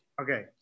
Okay